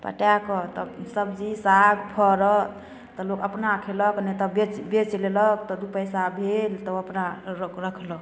पटाकऽ तब सब्जी साग फड़ल तऽ लोक अपना खेलक नहि तऽ बेचि बेचि लेलक तऽ दुइ पइसा भेल तब अपना राखलक